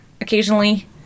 occasionally